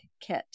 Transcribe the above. kit